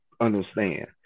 understand